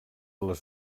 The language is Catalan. les